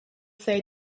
say